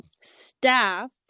staff